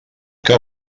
que